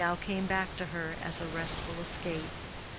now came back to her as a restful escape,